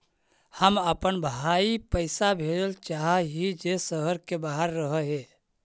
हम अपन भाई पैसा भेजल चाह हीं जे शहर के बाहर रह हे